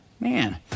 Man